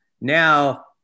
Now